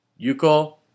Yuko